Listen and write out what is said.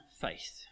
faith